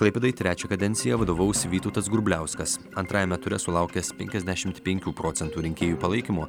klaipėdai trečią kadenciją vadovaus vytautas grubliauskas antrajame ture sulaukęs penkiasdešimt penkių procentų rinkėjų palaikymo